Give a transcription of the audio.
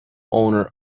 owner